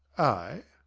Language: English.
i!